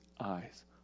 eyes